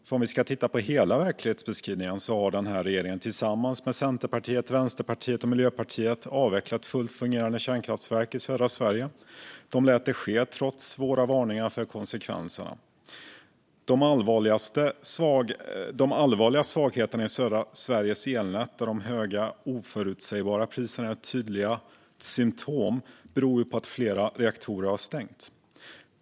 Men om vi ska titta på hela verkligheten kan vi se att den här regeringen tillsammans med Centerpartiet, Vänsterpartiet och Miljöpartiet avvecklat fullt fungerande kärnkraftverk i södra Sverige. De lät det ske trots att vi varnade för konsekvenserna. De allvarliga svagheterna i södra Sveriges elnät, där de höga oförutsägbara priserna är det tydligaste symtomet, beror på att flera reaktorer har stängt.